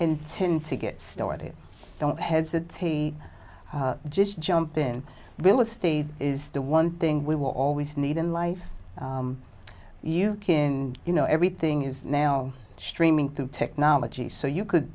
in ten to get started don't hesitate to just jump in real estate is the one thing we will always need in life you kin you know everything is now streaming through technology so you could